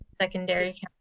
secondary